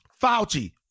Fauci